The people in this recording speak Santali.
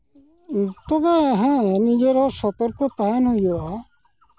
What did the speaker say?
ᱛᱚᱵᱮ ᱦᱮᱸ ᱱᱤᱡᱮ ᱦᱚᱸ ᱥᱚᱛᱚᱨᱠᱚ ᱛᱟᱦᱮᱱ ᱦᱩᱭᱩᱜᱼᱟ